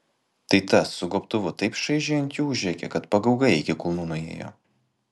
tai tas su gobtuvu taip šaižiai ant jų užrėkė kad pagaugai iki kulnų nuėjo